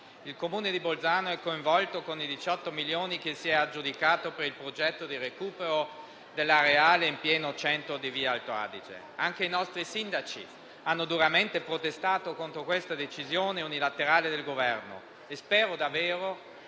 Il Comune di Bolzano è coinvolto con i 18 milioni che si è aggiudicato per il progetto di recupero dell'areale - in pieno centro - di via Alto Adige. Anche i nostri sindaci hanno duramente protestato contro questa decisione unilaterale del Governo, e spero davvero